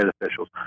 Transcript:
officials